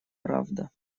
правда